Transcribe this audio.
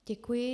Děkuji.